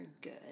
good